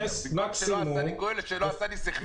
בניסוח ולא רק בניסוח,